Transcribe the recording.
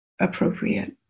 appropriate